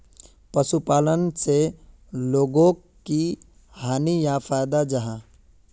पशुपालन से लोगोक की हानि या फायदा जाहा?